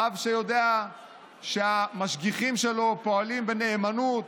רב שיודע שהמשגיחים שלו פועלים בנאמנות,